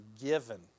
given